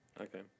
Okay